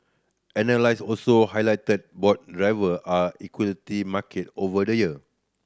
analyst also highlighted broad driver are equity market over the year